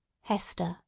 Hester